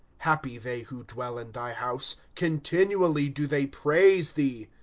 happy they who dwell in thy house continually do they praise thee.